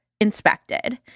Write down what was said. inspected